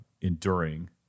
enduring